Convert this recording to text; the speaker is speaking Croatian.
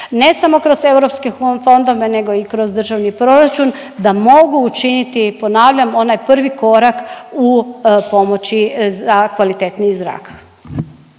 ne samo kroz europske fondove nego i kroz državni proračun da mogu učiniti, ponavljam onaj prvi korak u pomoći za kvalitetniji zrak.